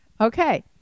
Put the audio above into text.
Okay